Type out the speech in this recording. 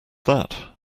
that